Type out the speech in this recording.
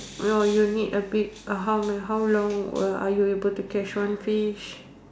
or you need a big or how l~ how long are you able to catch one fish